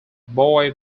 boy